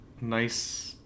nice